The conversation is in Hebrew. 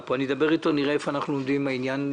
פה ונראה איפה אנחנו עומדים עם העניין.